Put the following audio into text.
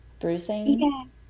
bruising